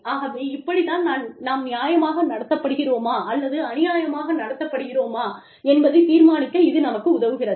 ஆகவே இப்படி தான் நாம் நியாயமாக நடத்தப்படுகிறோமா அல்லது அநியாயமாக நடத்தப் படுக்கிறோமா என்பதை தீர்மானிக்க இது நமக்கு உதவுகிறது